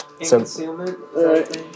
Concealment